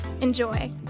Enjoy